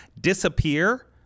disappear